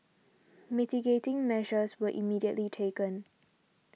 mitigating measures were immediately taken